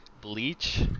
Bleach